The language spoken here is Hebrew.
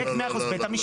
אחוז.